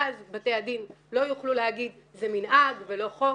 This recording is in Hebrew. ואז בתי הדין לא יוכלו להגיד: זה מנהג, ולא חוק.